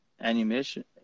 animation